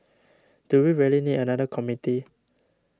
do we really need another committee